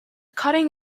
cutting